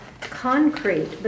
concrete